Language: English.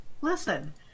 Listen